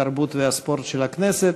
התרבות והספורט של הכנסת.